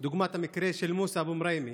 דוגמת המקרה של מוסא אבו מרימי,